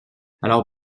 alors